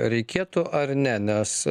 reikėtų ar ne nes